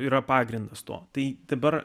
yra pagrindas to tai dabar